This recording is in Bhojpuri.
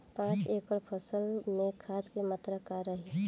पाँच एकड़ फसल में खाद के मात्रा का रही?